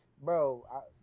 bro